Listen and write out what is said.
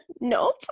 Nope